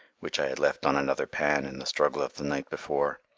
which i had left on another pan in the struggle of the night before.